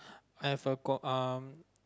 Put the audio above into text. I've a co~ um